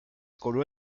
coló